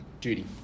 duty